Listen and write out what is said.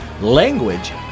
Language